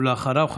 ואחריו,